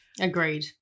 agreed